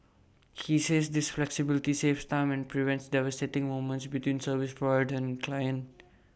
he says this flexibility saves time and prevents devastating moments between service provider and client